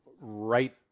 right